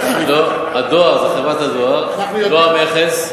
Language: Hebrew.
לא, הדואר, זה חברת הדואר, לא המכס.